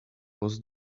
was